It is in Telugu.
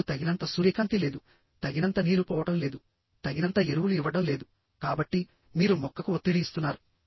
ఇప్పుడు తగినంత సూర్యకాంతి లేదు తగినంత నీరు పోవడం లేదు తగినంత ఎరువులు ఇవ్వడం లేదు కాబట్టి మీరు మొక్కకు ఒత్తిడి ఇస్తున్నారు